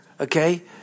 okay